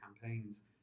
campaigns